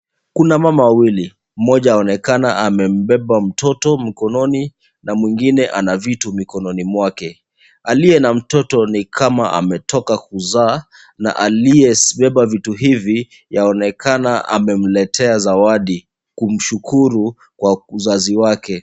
Kuna mama wawili. Mmoja aonekana amembeba mtoto mkononi na mwingine ana vitu mikononi mwake. Aliye na mtoto ni kama ametoka kuzaa na aliyebeba vitu hivi yaonekana amemletea zawadi kumshukuru kwa uzazi wake.